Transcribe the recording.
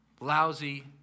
lousy